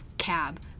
Cab